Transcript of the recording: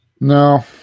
No